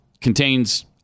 contains